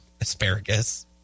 asparagus